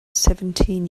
seventeen